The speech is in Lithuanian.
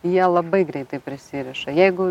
jie labai greitai prisiriša jeigu